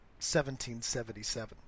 1777